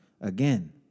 again